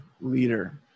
leader